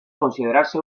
considerarse